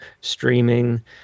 streaming